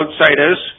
outsiders